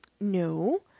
no